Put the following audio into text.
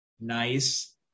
Nice